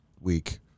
week